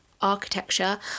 architecture